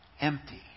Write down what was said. empty